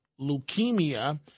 leukemia